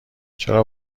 چرا